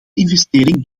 investering